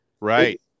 Right